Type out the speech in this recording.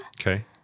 Okay